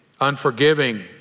unforgiving